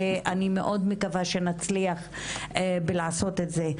אני מאוד מקווה שנצליח לעשות את זה.